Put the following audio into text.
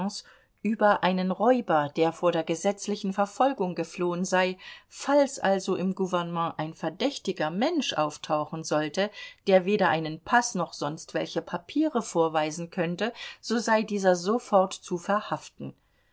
über einen räuber der vor der gesetzlichen verfolgung geflohen sei falls also im gouvernement ein verdächtiger mensch auftauchen sollte der weder einen paß noch sonst welche papiere vorweisen könnte so sei dieser sofort zu verhaften